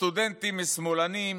הסטודנטים הם שמאלנים,